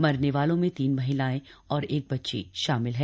मरने वालों में तीन महिलाएं और एक बच्ची शामिल है